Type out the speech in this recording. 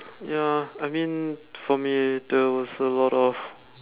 ya I mean for me eh there was a lot of